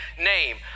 name